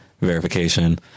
verification